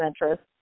interest